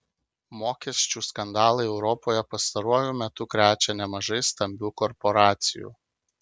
mokesčių skandalai europoje pastaruoju metu krečia nemažai stambių korporacijų